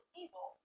evil